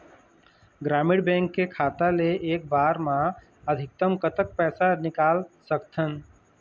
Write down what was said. ग्रामीण बैंक के खाता ले एक बार मा अधिकतम कतक पैसा निकाल सकथन?